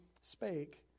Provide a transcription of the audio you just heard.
spake